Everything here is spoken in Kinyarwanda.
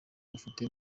bafite